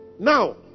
Now